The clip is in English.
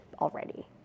already